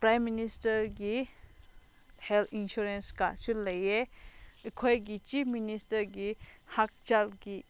prime ꯃꯤꯅꯤꯁꯇꯔꯒꯤ health insurance ꯀꯥꯔꯠꯁꯨ ꯂꯩꯌꯦ ꯑꯩꯈꯣꯏꯒꯤ ꯆꯤꯐ ꯃꯤꯅꯤꯁꯇꯔꯒꯤ ꯍꯛꯁꯦꯜꯒꯤ